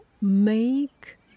make